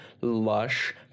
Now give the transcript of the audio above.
lush